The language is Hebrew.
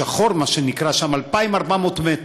שחור, מה שנקרא שם, 2,400 מטר,